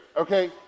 okay